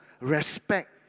respect